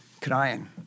crying